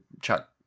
Chuck